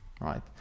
right